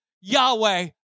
Yahweh